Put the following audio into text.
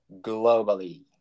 globally